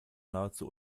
nahezu